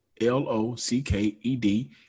L-O-C-K-E-D